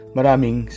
Maraming